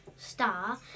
Star